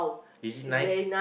is it nice